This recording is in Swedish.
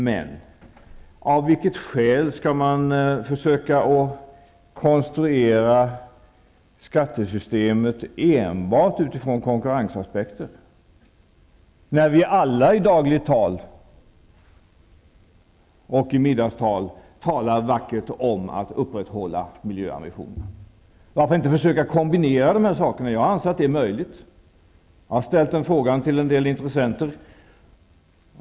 Men av vilket skäl skall man försöka konstruera skattesystemet enbart utifrån konkurrensaspekten, när vi alla i dagligt tal, och i middagstal, talar vackert om att upprätthålla miljöambitionen? Varför inte försöka kombinera dessa saker? Jag anser att det är möjligt. Jag har ställt den frågan till en del intressenter.